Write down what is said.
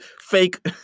Fake